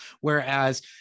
whereas